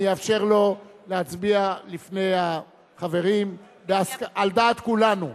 אני אאפשר לו להצביע לפני החברים על דעת כולנו.